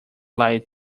lied